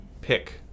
pick